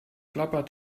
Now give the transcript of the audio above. klappert